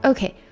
Okay